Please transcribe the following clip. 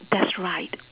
that's right